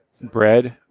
bread